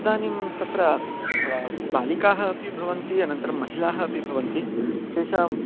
तदानीं तत्र बालिकाः अपि भवन्ति अनन्तरं महिलाः अपि भवन्ति तेषाम्